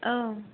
औ